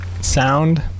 sound